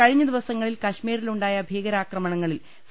കഴിഞ്ഞ ദിവസങ്ങളിൽ കശ്മീരിലുണ്ടായ ഭീകരാക്രമണ ങ്ങളിൽ സി